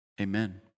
amen